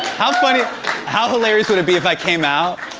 how funny how hilarious would it be if i came out,